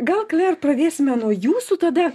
gal kler ar pradėsime nuo jūsų tada